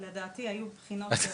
לדעתי היו בחינות.